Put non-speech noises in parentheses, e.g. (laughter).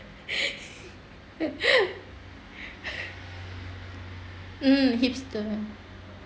(laughs) mm hipster